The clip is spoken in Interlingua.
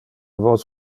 vos